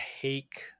take